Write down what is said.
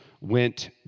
went